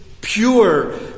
pure